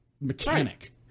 mechanic